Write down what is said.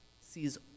sees